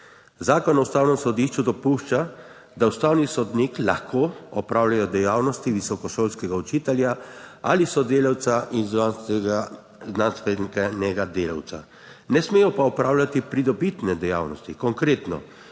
Zakon o ustavnem sodišču dopušča, da ustavni sodnik lahko opravljajo dejavnosti visokošolskega učitelja ali sodelavca iz znanstvenega delavca, ne smejo pa opravljati pridobitne dejavnosti. Konkretno;